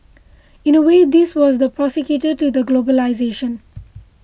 in a way this was the precursor to the globalisation